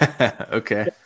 Okay